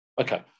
okay